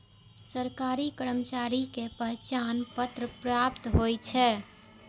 सरकारी कर्मचारी के पहचान पत्र पर्याप्त होइ छै